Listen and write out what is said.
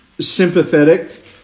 sympathetic